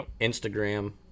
Instagram